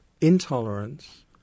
intolerance